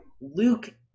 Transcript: Luke